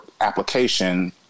application